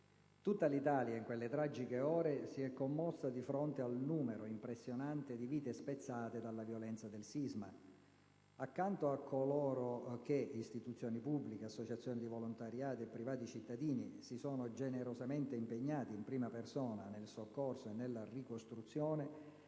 Tutta l'Italia, in quelle tragiche ore, si è commossa di fronte al numero impressionante di vite spezzate dalla violenza del sisma. Accanto a coloro che (istituzioni pubbliche, associazioni di volontariato e privati cittadini) si sono generosamente impegnati in prima persona nel soccorso e nella ricostruzione,